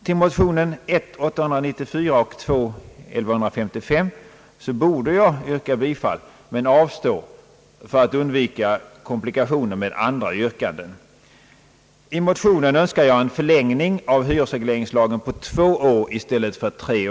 Till motionerna I: 894 och II: 1155 borde jag yrka bifall men avstår för att undvika komplikationer med andra yrkanden. I motionerna önskar jag en förlängning av hyresregleringslagen med två år i stället för tre.